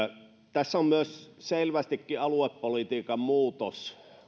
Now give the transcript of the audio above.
tässä on selvästikin myös aluepolitiikan muutos